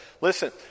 Listen